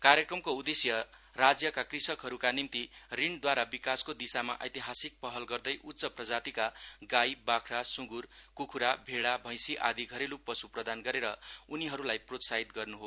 कार्यक्रमको उद्देश्य राज्यका कृषकहरूका निम्ति ऋणद्वारा विकासको दिशामा एतिहासिक पहल गर्दै उच्च प्रजातिका गाई बाख्रा सुँगुर कुखुरा भेड़ा भैंसी आदी घरेलु पशु प्रदान गरेर उनीहरूलाई प्रोत्साहित गर्नु हो